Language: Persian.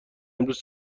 امروز